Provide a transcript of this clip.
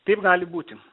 taip gali būti